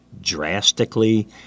drastically